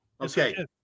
Okay